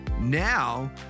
Now